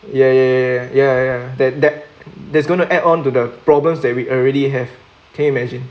ya ya ya ya ya ya that that there's going to add on to the problems that we already have can you imagine